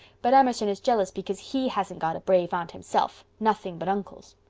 but emerson is jealous because he hasn't got a brave aunt himself, nothing but uncles